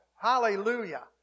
Hallelujah